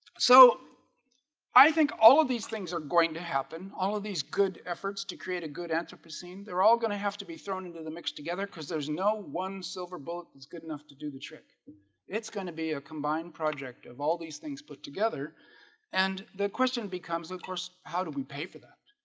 so i think all of these things are going to happen all of these good efforts to create a good anthropocene they're all going to have to be thrown into the mix together because there's no one silver bullet that's good enough to do the trick it's going to be a combined project of all these things put together and the question becomes of course, how do we pay for that?